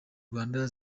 rwanda